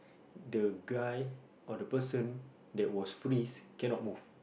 the guy or the person that was freeze cannot move